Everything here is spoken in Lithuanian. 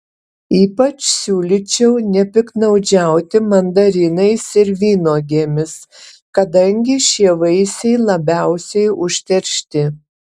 ypač siūlyčiau nepiktnaudžiauti mandarinais ir vynuogėmis kadangi šie vaisiai labiausiai užteršti